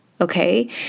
okay